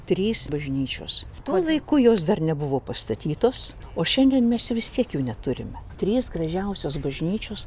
trys bažnyčios tuo laiku jos dar nebuvo pastatytos o šiandien mes vis tiek jų neturime trys gražiausios bažnyčios